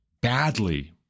badly